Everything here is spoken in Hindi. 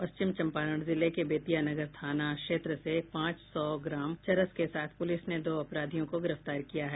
पश्चिम चम्पारण जिले के बेतिया नगर थाना क्षेत्र से पांच सौ ग्राम चरस के साथ पुलिस ने दो अपराधियों को गिरफ्तार किया है